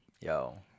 yo